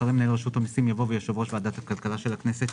אחרי "מנהל רשות המסים" יבוא "ויושב-ראש ועדת הכלכלה של הכנסת".